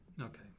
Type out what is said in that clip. Okay